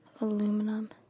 aluminum